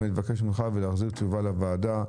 אבל אני מבקש ממך להחזיר תשובה לוועדה,